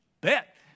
Bet